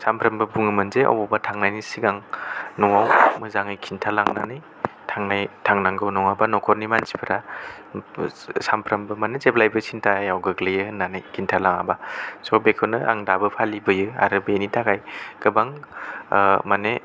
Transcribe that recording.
सानफ्रोमबो बुङोमोन जे बबेयावबा थांनायनि सिगां न'आव मोजाङै खिन्थालांनानै थांनाय थांनांगौ नङाबा न'खरनि मानसिफ्रा सानफ्रामबो माने जेब्लायबो सिन्थायाव गोग्लैयो होननानै खिन्थालाङाबो बेखौनो आं दाबो फालिबोयो आरो बेनि थाखाय गोबां माने